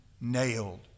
nailed